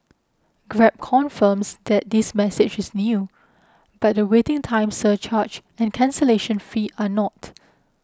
Grab confirms that this message is new but the waiting time surcharge and cancellation fee are not